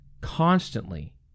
constantly